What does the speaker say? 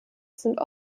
sind